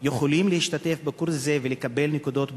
יכולים להשתתף בקורס זה ולקבל נקודות בונוס?